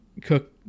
cook